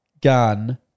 gun